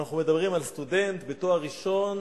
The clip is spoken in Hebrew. כשאנחנו מדברים על סטודנט בתואר ראשון,